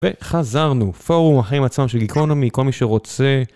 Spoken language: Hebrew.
וחזרנו, פורום, החיים עצמם של גיקונומי, כל מי שרוצה.